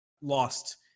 lost